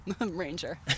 Ranger